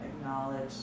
Acknowledge